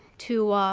to